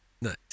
Nice